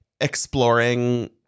exploring